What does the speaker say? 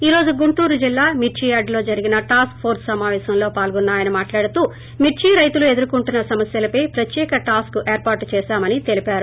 ఈ రోజు గుంటూరు మిర్చి యార్డులో జరిగిన టాస్క్ ఫోర్స్ సమాపేశంలో పాల్గోస్ప అయన మాట్లాడుతూ మిర్సి రైతులు ఎదుర్కొంటున్న్ సమస్యల పై ప్రత్యేక టాస్స్ ఏర్పాటు చేశామని తెలివారు